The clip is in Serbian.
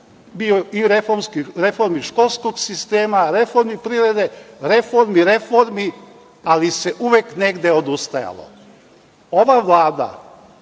bio u reformi školskog sistema, reformi privrede, reformi reformi, ali se uvek negde odustajalo. Ova vlada,